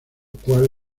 cual